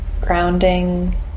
grounding